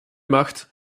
macht